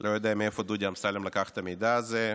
לא יודע מאיפה דודי אמסלם לקח את המידע הזה,